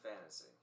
fantasy